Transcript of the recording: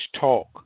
talk